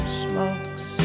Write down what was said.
smokes